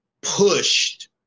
pushed